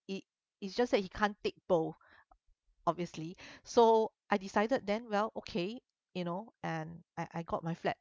it it just that he can't take both obviously so I decided then well okay you know and I I got my flat